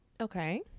Okay